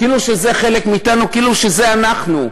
כאילו זה חלק מאתנו, כאילו זה אנחנו,